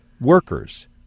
workers